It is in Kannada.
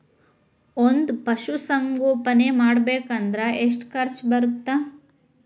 ಒಂದ್ ಪಶುಸಂಗೋಪನೆ ಮಾಡ್ಬೇಕ್ ಅಂದ್ರ ಎಷ್ಟ ಖರ್ಚ್ ಬರತ್ತ?